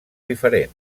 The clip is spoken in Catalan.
diferents